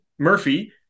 Murphy